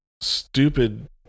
stupid